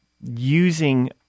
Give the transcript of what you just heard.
using